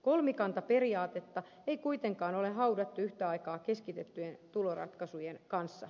kolmikantaperiaatetta ei kuitenkaan ole haudattu yhtä aikaa keskitettyjen tuloratkaisujen kanssa